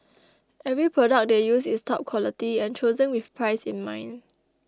every product they use is top quality and chosen with price in mind